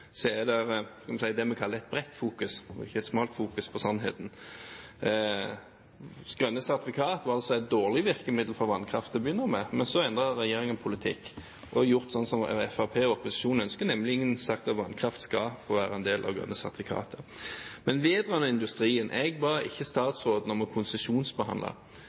så endret regjeringen politikk og har gjort slik som Fremskrittspartiet og opposisjonen ønsker, nemlig sagt at vannkraft skal få være en del av grønne sertifikater. Men vedrørende industrien: Jeg ba ikke statsråden om å konsesjonsbehandle